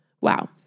Wow